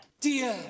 Dear